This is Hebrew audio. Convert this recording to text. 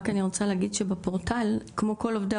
אני רק רוצה להגיד שבפורטל כמו כל עובדי